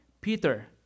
Peter